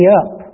up